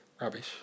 Rubbish